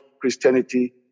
Christianity